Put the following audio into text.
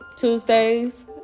Tuesdays